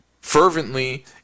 fervently